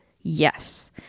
yes